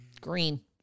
Green